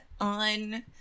on